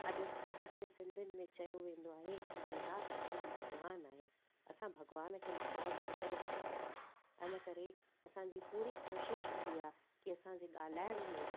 अॼु जीअं सिंधियुनि में चयो वेंदो आहे की ग्राहक असांजो भॻवानु आहे असां भॻवान खे नाराज़ न करे सघंदा आहियूं हिन करे असांजी पूरी कोशिशि हूंदी आहे की असांजे ॻाल्हाइण में